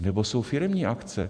Nebo jsou firemní akce.